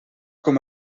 com